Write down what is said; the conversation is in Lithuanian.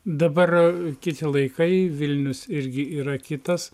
dabar kiti laikai vilnius irgi yra kitas